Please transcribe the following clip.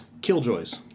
Killjoys